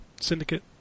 Syndicate